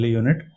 unit